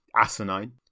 Asinine